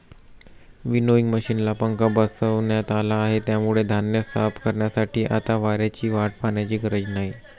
winnowing मशिनला पंखा बसवण्यात आला आहे, त्यामुळे धान्य साफ करण्यासाठी आता वाऱ्याची वाट पाहण्याची गरज नाही